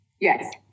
Yes